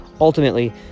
Ultimately